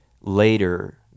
later